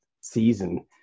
season